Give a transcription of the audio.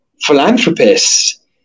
philanthropists